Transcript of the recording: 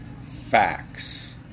facts